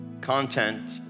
content